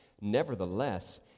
Nevertheless